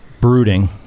brooding